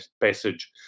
passage